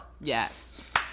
Yes